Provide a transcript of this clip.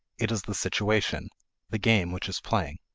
it is the situation the game which is playing.